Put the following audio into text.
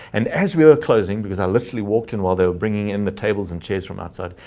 and as we were closing because i literally walked in while they were bringing in the tables and chairs from outside.